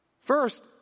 First